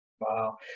Wow